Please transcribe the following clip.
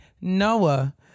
Noah